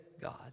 God